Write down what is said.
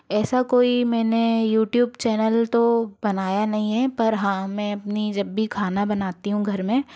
ऐसा कोई मैंने यूट्यूब चैनल तो बनाया नहीं है पर हाँ मैं अपनी जब भी खाना बनाती हूँ घर में